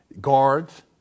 guards